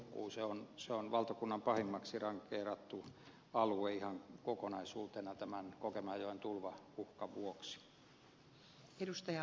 se on valtakunnan pahimmaksi rankkeerattu alue ihan kokonaisuutena tämän kokemäenjoen tulvauhkan vuoksi